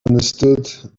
understood